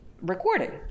recording